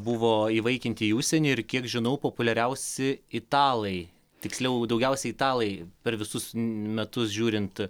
buvo įvaikinti į užsienį ir kiek žinau populiariausi italai tiksliau daugiausiai italai per visus metus žiūrint